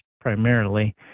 primarily